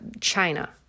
China